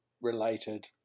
related